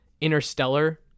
interstellar